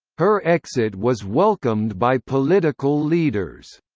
her exit was welcomed by political leaders.